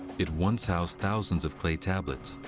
it once housed thousands of clay tablets.